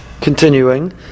continuing